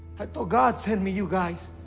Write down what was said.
i thought god sent me you guys.